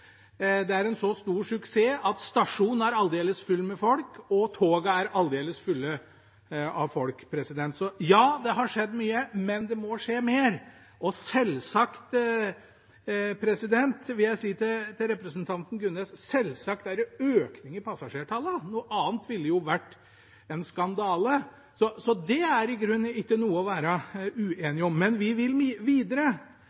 Det er en så stor suksess at stasjonen er aldeles full av folk, og togene er aldeles fulle av folk. Ja, det har skjedd mye, men det må skje mer. Selvsagt, vil jeg si til representanten Gunnes, er det økning i passasjertallene. Noe annet ville vært en skandale. Så det er i grunnen ikke noe å være